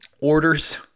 orders